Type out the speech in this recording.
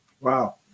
Wow